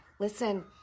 Listen